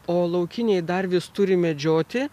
o laukiniai dar vis turi medžioti